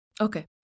Okay